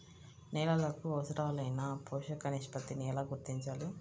నేలలకు అవసరాలైన పోషక నిష్పత్తిని ఎలా గుర్తించాలి?